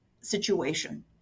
situation